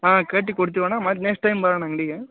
ಹಾಂ ಕಟ್ಟಿ ಕೊಡ್ತಿವಿ ಅಣ್ಣ ಮತ್ತೆ ನೆಕ್ಸ್ಟ್ ಟೈಮ್ ಬಾರಣ್ಣ ಅಂಗಡಿಗೆ